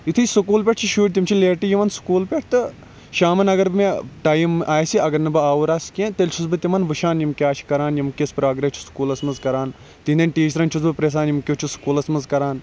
یُتھٕے سُکول پٮ۪ٹھِ چھِ شُر تِم چھِ لیٹٕے یِوان سُکول پٮ۪ٹھ تہٕ شامَن اَگَر مےٚ ٹایم آسہِ اَگر نہٕ بہٕ آوُر آسہٕ کینٛہہ تیٚلہِ چھُس بہٕ تِمَن وٕچھان یِم کیاہ چھِ کَران یِم کِژھ پراگرس چھِ سُکولَس مَنٛز کَران تِہِنٛدن ٹیٖچرَن چھُس بہٕ پرژھان یِم کیُتھ چھِ سُکولَس مَنٛز کَران